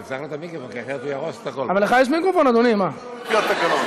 תפתח לו את המיקרופון, אחרת הוא יהרוס את הכול.